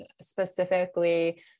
specifically